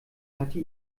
hatte